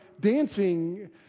dancing